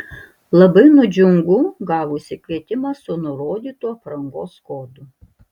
labai nudžiungu gavusi kvietimą su nurodytu aprangos kodu